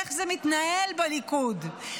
איך זה מתנהל בליכוד,